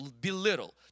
belittle